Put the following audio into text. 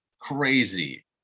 Crazy